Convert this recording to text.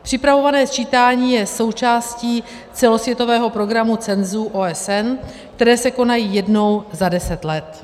Připravované sčítání je součástí celosvětového programu cenzů OSN, které se konají jednou za deset let.